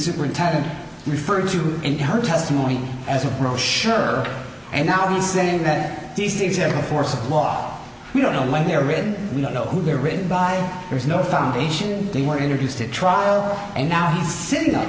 superintendent referred to in her testimony as a brochure and now he's saying that this is a force of law we don't know when they're written we don't know who they are written by there's no foundation they were introduced at trial and now he's sitting